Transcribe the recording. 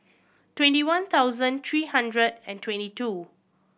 twenty one thousand three hundred and twenty two